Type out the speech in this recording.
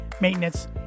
maintenance